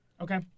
Okay